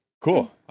Cool